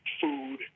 food